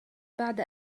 بعد